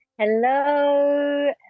Hello